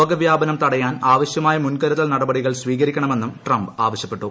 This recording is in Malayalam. രോഗ വ്യാപനം തടയാൻ ആവശ്യമായ മുൻ കരുതൽ നടപടികൾ സ്വീകരിക്കണമെന്നും ട്രംപ് ആവശ്യപ്പെട്ടു